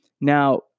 Now